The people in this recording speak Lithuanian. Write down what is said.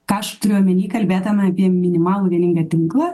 ką aš turiu omeny kalbėdama apie minimalų vieningą tinklą